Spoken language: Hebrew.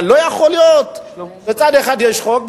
אבל לא יכול להיות מצד אחד יש חוק,